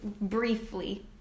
briefly